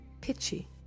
pitchy